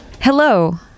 hello